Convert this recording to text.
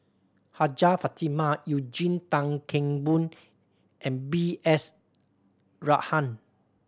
Hajjah Fatimah Eugene Tan Kheng Boon and B S Rajhan